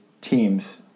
teams